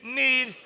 need